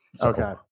okay